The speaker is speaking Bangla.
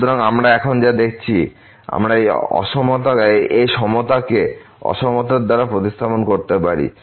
সুতরাং আমরা এখন যা দেখছি আমরা এই সমতাকে অসমতার দ্বারা প্রতিস্থাপন করতে পারি